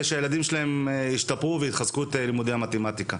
שהילדים שלו ישתפרו ויחזקו את לימודי המתמטיקה.